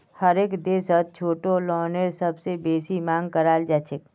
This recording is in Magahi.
हरेक देशत छोटो लोनेर सबसे बेसी मांग कराल जाछेक